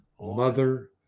Mother